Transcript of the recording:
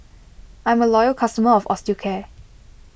I'm a loyal customer of Osteocare